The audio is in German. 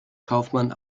kaufmann